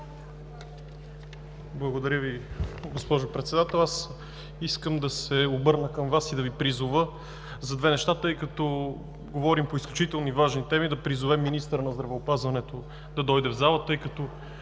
Благодаря Ви, госпожо Председател. Искам да се обърна към Вас и да Ви призова за две неща, тъй като говорим по изключително важни теми. Да призовем министъра на здравеопазването да дойде в залата, тъй като